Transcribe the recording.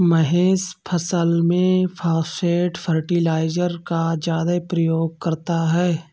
महेश फसल में phosphate fertiliser का ज्यादा प्रयोग करता है